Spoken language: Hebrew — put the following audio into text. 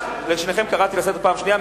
שניכם קראתי לסדר פעם שנייה.